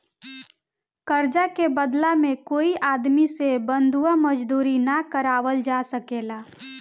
कर्जा के बदला में कोई आदमी से बंधुआ मजदूरी ना करावल जा सकेला